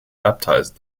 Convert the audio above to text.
baptized